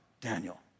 Daniel